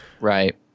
right